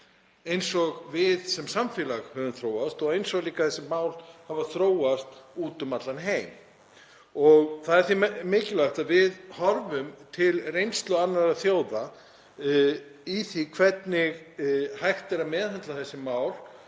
eins og við sem samfélag höfum þróast og líka eins og þessi mál hafa þróast út um allan heim. Það er mikilvægt að við horfum til reynslu annarra þjóða í því hvernig hægt er að meðhöndla þessi mál